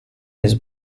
his